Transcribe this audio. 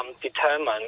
determined